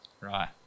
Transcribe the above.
Right